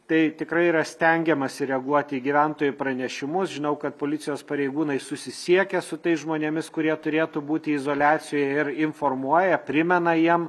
tai tikrai yra stengiamasi reaguoti į gyventojų pranešimus žinau kad policijos pareigūnai susisiekia su tais žmonėmis kurie turėtų būti izoliacijoj ir informuoja primena jiem